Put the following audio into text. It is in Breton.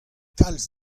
kalz